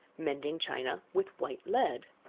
mending china with white lead.